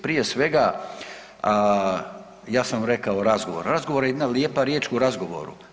Prije svega, ja sam rekao u razgovoru, razgovor je jedna lijepa riječ u razgovoru.